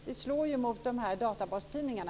Det slår ju mot databastidningarna.